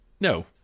no